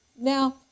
Now